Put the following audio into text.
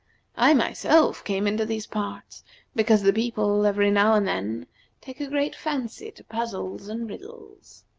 i, myself, came into these parts because the people every now and then take a great fancy to puzzles and riddles.